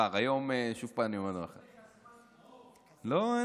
היית בצבא?